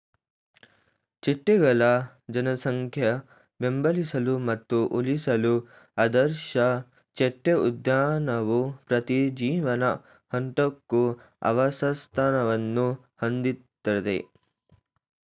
ಚಿಟ್ಟೆಗಳ ಜನಸಂಖ್ಯೆ ಬೆಂಬಲಿಸಲು ಮತ್ತು ಉಳಿಸಲು ಆದರ್ಶ ಚಿಟ್ಟೆ ಉದ್ಯಾನವು ಪ್ರತಿ ಜೀವನ ಹಂತಕ್ಕೂ ಆವಾಸಸ್ಥಾನವನ್ನು ಹೊಂದಿರ್ತದೆ